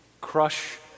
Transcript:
crush